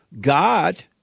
God